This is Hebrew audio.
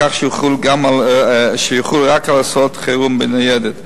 כך שיחול רק על הסעות חירום בניידת.